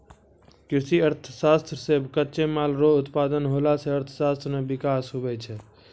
कृषि अर्थशास्त्र से कच्चे माल रो उत्पादन होला से अर्थशास्त्र मे विकास हुवै छै